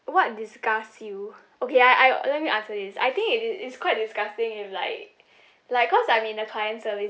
what disgust you okay I I let me answer this I think it is it's quite disgusting if like like cause I'm in the client servicing